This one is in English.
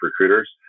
recruiters